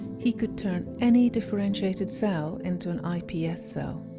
he could turn any differentiated cell into an ips cell.